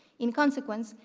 in consequence,